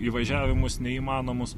įvažiavimus neįmanomus